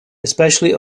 especially